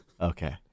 Okay